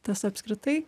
tas apskritai